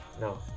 No